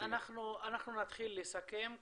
אז אנחנו נתחיל לסכם.